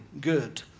good